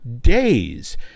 days